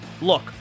Look